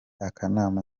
akanama